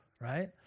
right